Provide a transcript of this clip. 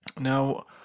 Now